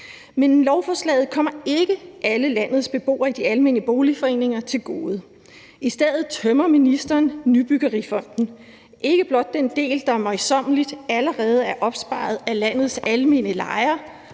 Men lovforslaget kommer ikke alle landets beboere i de almene boligforeninger til gode. I stedet tømmer ministeren Nybyggerifonden, ikke blot den del, der møjsommeligt allerede er opsparet af landets almene lejere,